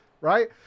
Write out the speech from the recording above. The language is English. Right